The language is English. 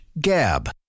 gab